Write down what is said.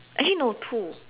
actually no two